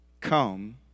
Come